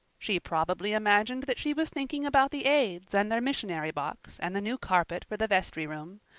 she probably imagined that she was thinking about the aids and their missionary box and the new carpet for the vestry room,